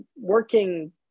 working